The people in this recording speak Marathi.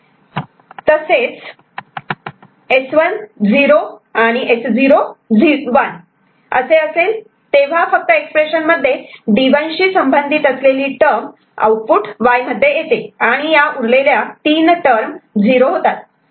तसेच S1 0 आणि S0 1 असेल तेव्हा फक्त एक्सप्रेशन मध्ये D1 शी संबंधित असलेली टर्म आउटपुट Y मध्ये येते आणि या उरलेल्या 3 टर्म झिरो होतात